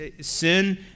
Sin